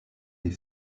les